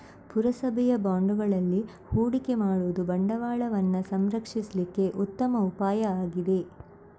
ಪುರಸಭೆಯ ಬಾಂಡುಗಳಲ್ಲಿ ಹೂಡಿಕೆ ಮಾಡುದು ಬಂಡವಾಳವನ್ನ ಸಂರಕ್ಷಿಸ್ಲಿಕ್ಕೆ ಉತ್ತಮ ಉಪಾಯ ಆಗಿದೆ